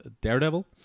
Daredevil